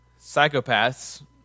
psychopaths